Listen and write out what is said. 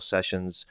Sessions